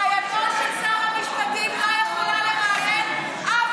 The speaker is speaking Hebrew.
רעייתו של שר המשפטים לא יכולה לראיין אף